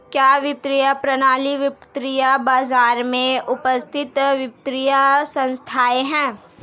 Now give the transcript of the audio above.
क्या वित्तीय प्रणाली वित्तीय बाजार में उपस्थित वित्तीय संस्थाएं है?